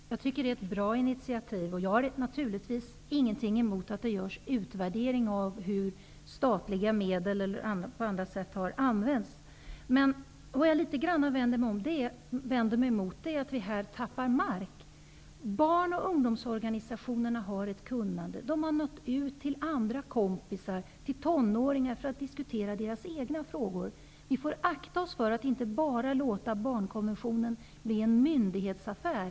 Herr talman! Jag tycker att det är ett bra initiativ. Jag har naturligtvis ingenting emot att det görs en utvärdering av hur statliga medel har använts. Men vad jag litet grand vänder mig emot är att vi i detta sammanhang tappar mark. Barn och ungdomsorganisationerna har ett kunnande. De har nått ut till kompisar och andra tonåringar för att diskutera deras egna frågor. Vi får akta oss för att låta barnkonventionen bli bara en myndighetsaffär.